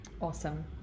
Awesome